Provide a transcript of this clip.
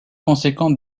conséquent